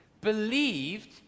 believed